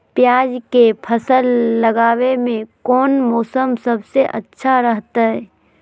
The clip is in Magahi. प्याज के फसल लगावे में कौन मौसम सबसे अच्छा रहतय?